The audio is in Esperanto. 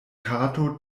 kato